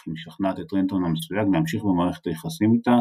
אך היא משכנעת את רנטון המסויג להמשיך במערכת היחסים איתה